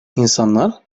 i̇nsanlar